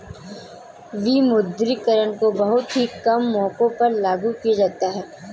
विमुद्रीकरण को बहुत ही कम मौकों पर लागू किया जाता है